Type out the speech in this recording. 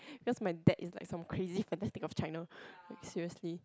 yours my date is like some crazy fantastic of China seriously